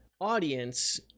audience